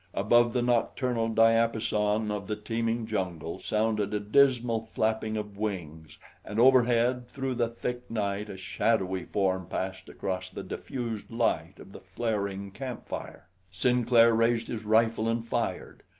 above the nocturnal diapason of the teeming jungle sounded a dismal flapping of wings and over head, through the thick night, a shadowy form passed across the diffused light of the flaring camp-fire. sinclair raised his rifle and fired.